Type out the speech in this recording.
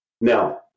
Now